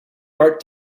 art